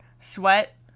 sweat